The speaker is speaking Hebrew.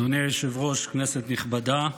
אדוני היושב-ראש, כנסת נכבדה,